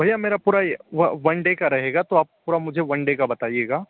भैया मेरा पूरा वन डे का रहेगा तो आप पूरा मुझे वन डे का बताइएगा